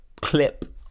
clip